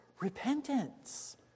repentance